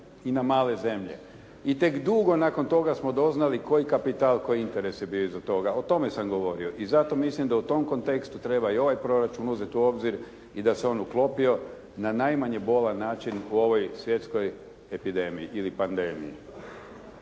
i na male zemlje i tek dugo nakon toga smo doznali koji kapital koji interes je bio iza toga. O tome sam govorio. I zato mislim da u tom kontekstu treba i ovaj proračun uzeti u obzir i da se on uklopio na najmanje bolan način u ovoj svjetskoj epidemiji ili pandemiji.